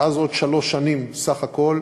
ואז עוד שלוש שנים בסך הכול.